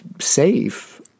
safe